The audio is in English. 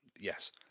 yes